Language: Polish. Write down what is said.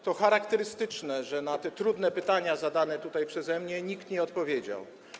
To charakterystyczne, że na trudne pytania zadane przeze mnie nikt nie odpowiedział.